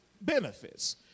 benefits